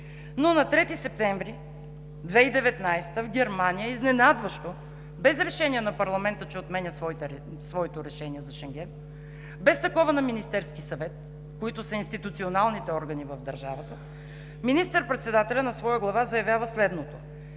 Но на 3 септември 2019 г. в Германия изненадващо, без решение на парламента, че отменя своето решение за Шенген, без такова на Министерския съвет, които са институционалните органи в държавата, министър-председателят на своя глава заявява следното: